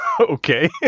Okay